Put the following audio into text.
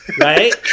Right